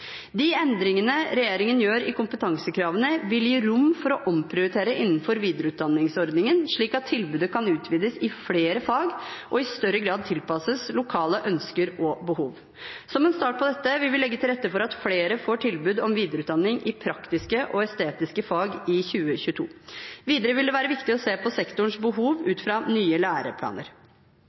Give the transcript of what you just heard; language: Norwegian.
vil gi rom for å omprioritere innenfor videreutdanningsordningen, slik at tilbudet kan utvides i flere fag og i større grad tilpasses lokale ønsker og behov. Som en start på dette vil vi legge til rette for at flere får tilbud om videreutdanning i praktiske og estetiske fag i 2022. Videre vil det være viktig å se på sektorens behov ut fra nye læreplaner.